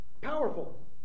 powerful